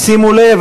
שימו לב,